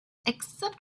except